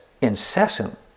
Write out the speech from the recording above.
incessant